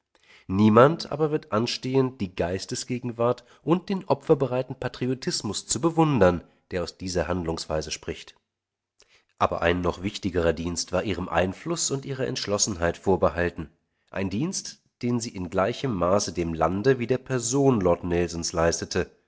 niemand aber wird anstehen die geistesgegenwart und den opferbereiten patriotismus zu bewundern der aus dieser handlungsweise spricht aber ein noch wichtigerer dienst war ihrem einfluß und ihrer entschlossenheit vorbehalten ein dienst den sie in gleichem maße dem lande wie der person lord nelsons leistete